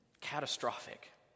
catastrophic